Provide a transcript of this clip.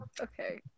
okay